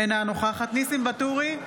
אינה נוכחת ניסים ואטורי,